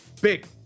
Big